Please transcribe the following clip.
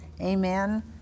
Amen